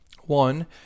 one